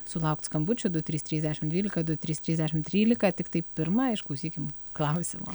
sulaukt skambučių du trys trys dešim dvylika du trys trys dešim trylika tiktai pirma išklausykim klausimo